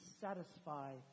satisfy